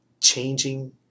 changing